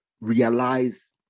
realize